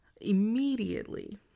immediately